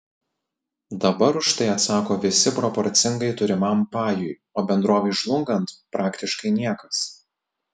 dabar už tai atsako visi proporcingai turimam pajui o bendrovei žlungant praktiškai niekas